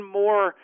more